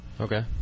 Okay